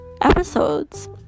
episodes